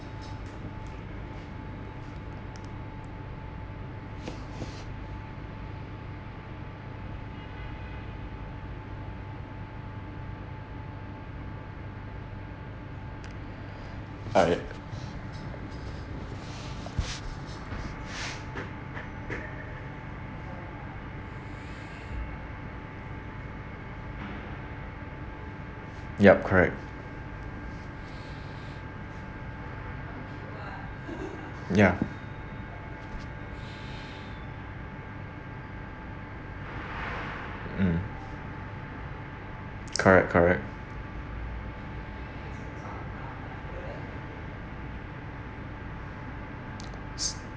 uh ya yup correct ya mm correct correct